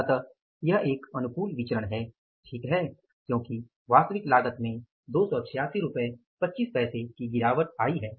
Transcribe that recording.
इसलिए यह एक अनुकूल विचरण है ठीक है